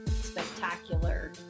spectacular